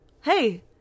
hey